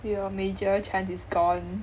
your major chance is gone